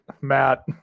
Matt